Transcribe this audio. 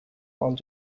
around